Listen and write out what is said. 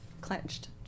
clenched